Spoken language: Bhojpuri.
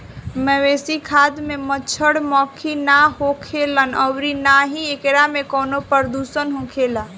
मवेशी खाद में मच्छड़, मक्खी ना होखेलन अउरी ना ही एकरा में कवनो प्रदुषण होखेला